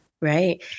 Right